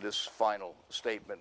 this final statement